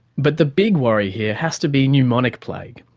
but the big worry here has to be pneumonic plague,